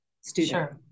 student